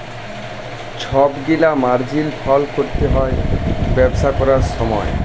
ছব গিলা মার্জিল ফল ক্যরতে হ্যয় ব্যবসা ক্যরার সময়